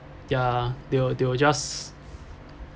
ya they will they will just